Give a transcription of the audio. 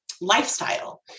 lifestyle